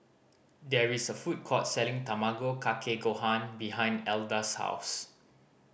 there is a food court selling Tamago Kake Gohan behind Elda's house